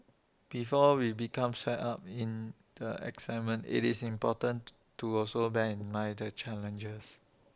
before we become swept up in the excitement it's important to also bear in mind the challenges